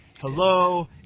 hello